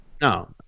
No